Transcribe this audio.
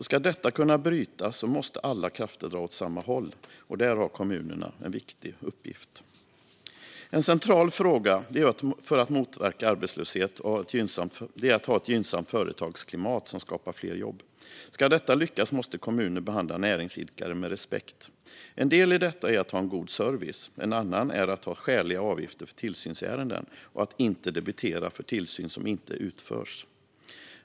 Ska detta kunna brytas måste alla krafter dra åt samma håll, och där har kommunerna en viktig uppgift. En central fråga för att motverka arbetslöshet är att ha ett gynnsamt företagsklimat som skapar fler jobb. Ska detta lyckas måste kommuner behandla näringsidkare med respekt. En del i detta är att ha en god service, en annan är att ta ut skäliga avgifter för tillsynsärenden och att inte debitera för tillsyn som inte utförs.